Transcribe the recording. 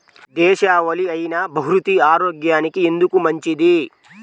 దేశవాలి అయినా బహ్రూతి ఆరోగ్యానికి ఎందుకు మంచిది?